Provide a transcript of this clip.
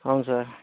అవును సార్